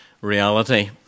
reality